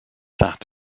that